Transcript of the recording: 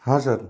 हाँ सर